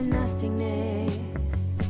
nothingness